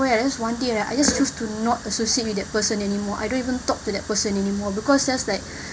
nowhere I just wanting I just choose to not associate with that person anymore I don't even talk to that person anymore because just like